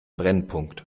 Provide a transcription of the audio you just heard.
brennpunkt